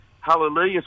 Hallelujah